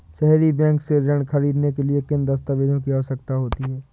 सहरी बैंक से ऋण ख़रीदने के लिए किन दस्तावेजों की आवश्यकता होती है?